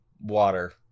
water